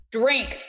drink